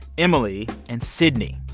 emily and sidney.